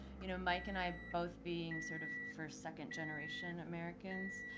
you know, mike and i both being sort of first, second-generation americans.